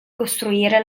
costruire